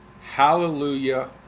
hallelujah